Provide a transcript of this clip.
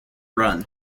run